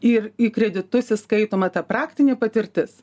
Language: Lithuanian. ir į kreditus įskaitoma ta praktinė patirtis